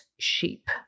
sheep